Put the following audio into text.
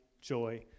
joy